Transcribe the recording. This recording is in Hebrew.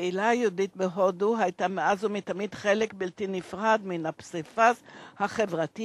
הקהילה היהודית בהודו הייתה מאז ומתמיד חלק בלתי נפרד מן הפסיפס החברתי,